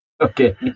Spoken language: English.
Okay